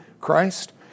Christ